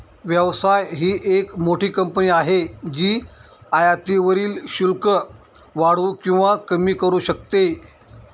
व्यवसाय ही एक मोठी कंपनी आहे जी आयातीवरील शुल्क वाढवू किंवा कमी करू शकते